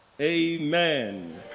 Amen